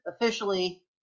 officially